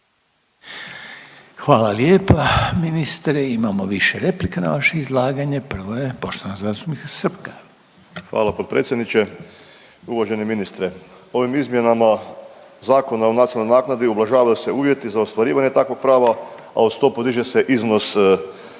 Hvala lijepo ministre, imamo više replika na vaše izlaganje, prvo je poštovanog zastupnika Srpka. **Srpak, Dražen (HDZ)** Hvala potpredsjedniče. Uvaženi ministre, ovim izmjenama Zakona o nacionalnoj naknadi ublažavaju se uvjeti za ostvarivanje takvog prava, a uz to podiže se iznos